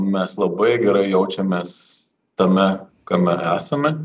mes labai gerai jaučiamės tame kame esame